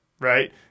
right